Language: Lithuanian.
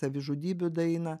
savižudybių daeina